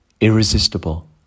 irresistible